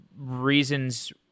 reasons